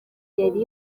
yari